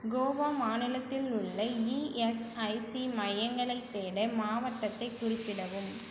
கோவா மாநிலத்தில் உள்ள இஎஸ்ஐசி மையங்களைத் தேட மாவட்டத்தைக் குறிப்பிடவும்